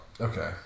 Okay